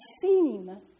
seen